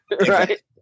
Right